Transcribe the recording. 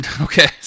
Okay